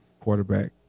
quarterback